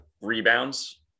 rebounds